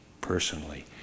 personally